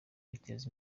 biteza